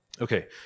Okay